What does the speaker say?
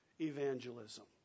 evangelism